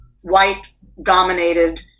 white-dominated